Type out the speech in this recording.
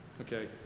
Okay